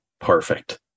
perfect